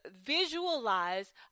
visualize